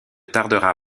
tardera